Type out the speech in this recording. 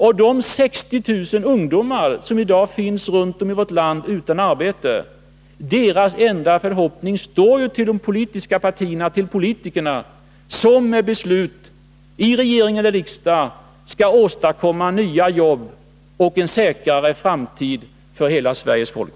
Ca 60 000 ungdomar runt om i vårt land är i dag utan arbete. Deras enda förhoppning står till de politiska partierna, till att politikerna genom beslut i regering och riksdag skall åstadkomma nya jobb och en säkrare framtid för hela Sveriges folk.